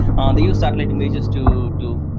they use satellite images to to